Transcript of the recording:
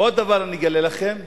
ועוד דבר אני אגלה לכם.